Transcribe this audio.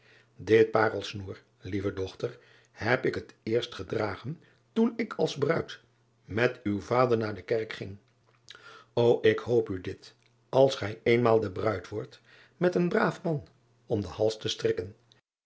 it parelsnoer lieve ochter heb ik het eerst gedragen toen ik als bruid met uw vader naar de kerk ging o ik hoop u dit als gij eenmaal de bruid wordt met een braaf man om den hals te strikken